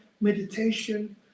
meditation